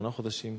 שמונה חודשים,